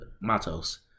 Matos